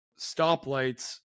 stoplights